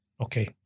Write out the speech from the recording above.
okay